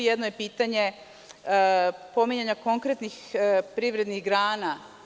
Jedno je pitanje pominjanja konkretnih privrednih grana.